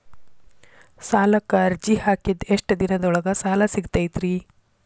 ಸಾಲಕ್ಕ ಅರ್ಜಿ ಹಾಕಿದ್ ಎಷ್ಟ ದಿನದೊಳಗ ಸಾಲ ಸಿಗತೈತ್ರಿ?